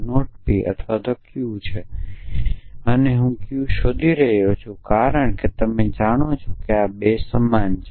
P અથવા Q છે અને હું Q શોધી રહ્યો છું કારણ કે તમે જાણો છો કે આ 2 સમાન છે